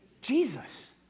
Jesus